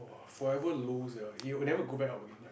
forever low sia it will never go back up again like